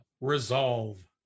resolve